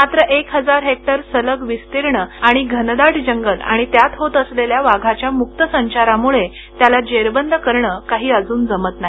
मात्र एक हजार हेक्टर सलग विस्तीर्ण आणि घनदाट जंगल आणि त्यात होत असलेल्या वाघाच्या मुक्तसंचारामुळे त्याला जेरबंद करणं काही अजून जमत नाही